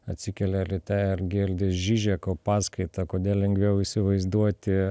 atsikelia ryte ir girdi žižeko paskaitą kodėl lengviau įsivaizduoti